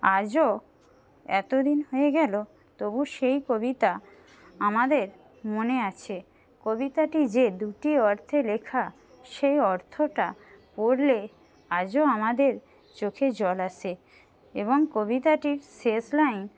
আজও এতদিন হয়ে গেলো তবু সেই কবিতা আমাদের মনে আছে কবিতাটি যে দুটি অর্থে লেখা সেই অর্থটা পড়লে আজও আমাদের চোখে জল আসে এবং কবিতাটির শেষ লাইন